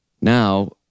now